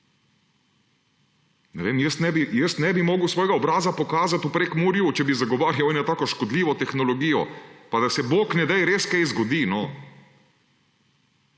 Ne vem, jaz ne bi mogel svojega obraza pokazati v Prekmurju, če bi zagovarjal eno tako škodljivo tehnologijo, pa bog ne daj, da se res kaj zgodi.